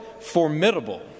formidable